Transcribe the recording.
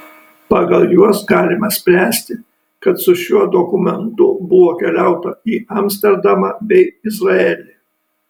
pagal juos galima spręsti kad su šiuo dokumentu buvo keliauta į amsterdamą bei izraelį